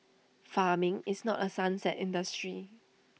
farming is not A sunset industry